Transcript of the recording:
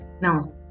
Now